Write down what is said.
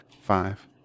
Five